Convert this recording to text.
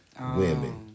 women